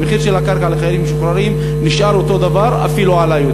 המחיר של הקרקע לחיילים משוחררים נשאר אותו דבר ואפילו עלה.